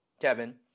Kevin